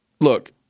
Look